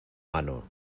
mano